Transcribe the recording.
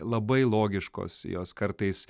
labai logiškos jos kartais